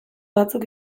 batzuk